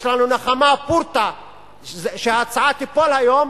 יש לנו נחמה פורתא שההצעה תיפול היום,